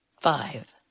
Five